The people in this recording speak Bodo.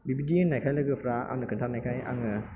बिब्दि होननायखाय लोगोफोरा आंनो खिन्थानायखाय आङो